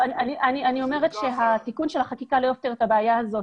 אני אומרת שתיקון החקיקה לא יפתור את הבעיה הזאת.